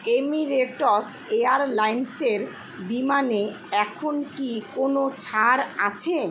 Emirates এয়ারলাইনসের বিমানে এখন কি কোনো ছাড় আছে